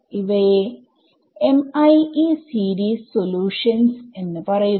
ഇവയെ Mie series solutions എന്ന് പറയുന്നു